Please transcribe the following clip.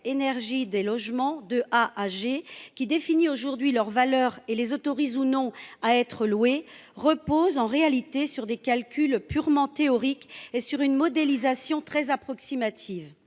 énergie des logements, notée de A à G, qui définit leur valeur et les autorise ou non à être loués, repose en réalité sur des calculs purement théoriques et sur une modélisation très approximative.